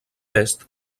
est